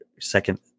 second